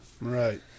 Right